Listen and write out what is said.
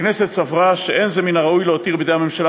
הכנסת סברה שאין זה מן הראוי להותיר בידי הממשלה